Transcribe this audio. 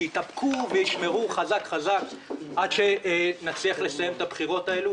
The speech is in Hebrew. שיתאפקו וישמרו חזק חזק עד שנצליח לסיים את הבחירות האלה?